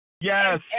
Yes